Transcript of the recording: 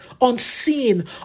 unseen